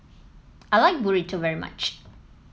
I like Burrito very much